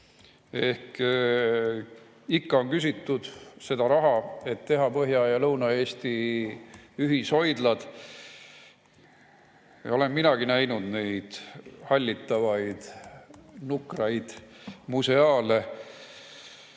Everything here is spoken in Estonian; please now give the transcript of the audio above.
Ikka on küsitud raha, et teha Põhja‑ ja Lõuna-Eesti ühishoidlad. Olen minagi näinud neid hallitavaid nukraid museaale.